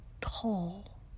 tall